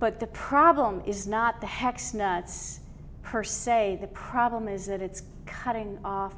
but the problem is not the hex nuts per se the problem is that it's cutting off